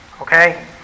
Okay